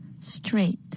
Straight